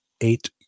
eight